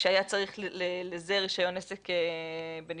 שהיה צריך לזה רישיון עסק בנפרד,